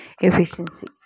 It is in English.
efficiency